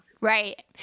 Right